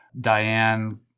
Diane